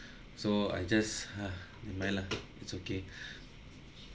so I just ah never mind lah it's okay